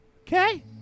Okay